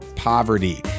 Poverty